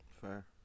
Fair